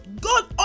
God